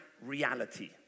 reality